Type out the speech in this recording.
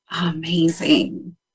Amazing